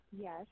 Yes